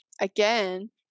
Again